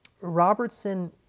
Robertson